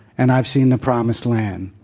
and i've seen the promised land.